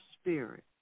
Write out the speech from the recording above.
spirit